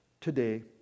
today